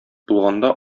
булганда